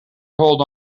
hold